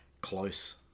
close